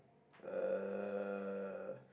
uh